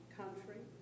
country